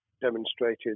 demonstrated